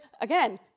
again